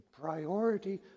priority